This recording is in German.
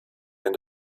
ein